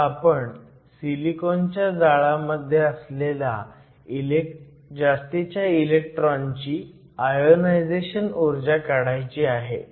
आता आपल्याला सिलिकॉनच्या जाळ्यामध्ये असलेल्या जास्तीच्या इलेक्ट्रॉनची आयोनायझेशन ऊर्जा काढायची आहे